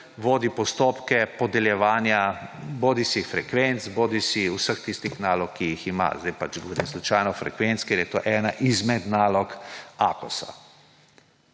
vodi postopke podeljevanja bodisi frekvenc, bodisi vseh tistih nalog, ki jih ima pač zdaj – govorim slučajno frekvenc, ker je to ena izmed nalog Akosa.